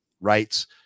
rights